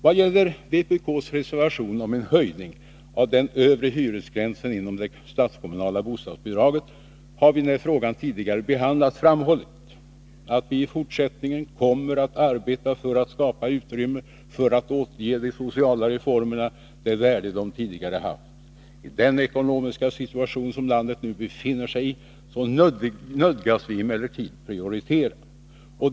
Vad gäller vpk:s reservation om en höjning av den övre hyresgränsen inom det statskommunala bostadsbidraget har vi, när frågan tidigare behandlats, framhållit att vi i fortsättningen kommer att arbeta för att skapa utrymme för att återge de sociala förmånerna det värde de tidigare haft. I den ekonomiska situation som landet nu befinner sig i nödgas vi emellertid prioritera.